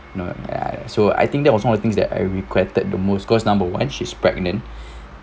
know err so I think that was one of things that I regretted the most cause number one she's pregnant